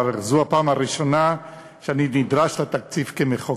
אבל זו הפעם הראשונה שאני נדרש לתקציב כמחוקק.